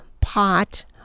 pot